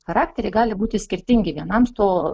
charakteriai gali būti skirtingi vienam to